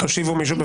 כתב אישום.